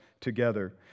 together